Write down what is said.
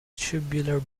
tubular